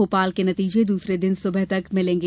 भोपाल का नतीजा दूसरे दिन सुबह तक मिलेगा